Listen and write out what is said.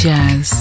Jazz